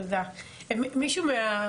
תודה רבה.